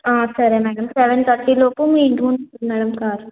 సరే madam seven థర్టీలోపు మీ ఇంటి ముందు ఉంటుంది మేడం కార్